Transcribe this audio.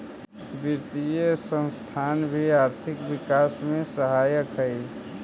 वित्तीय संस्थान भी आर्थिक विकास में सहायक हई